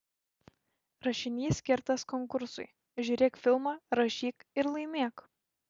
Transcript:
rašinys skirtas konkursui žiūrėk filmą rašyk ir laimėk